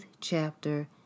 chapter